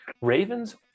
Ravens